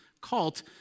cult